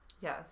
Yes